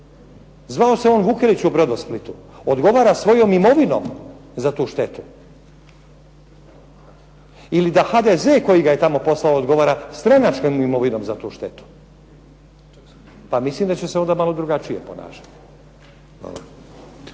zvao se on Vukelić u "Brodosplitu", odgovara svojom imovinom za tu štetu ili da HDZ koji ga je tamo poslao odgovara stranačkom imovinom za tu štetu. Pa mislim da će se onda malo drugačije ponašati.